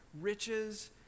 riches